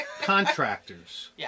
Contractors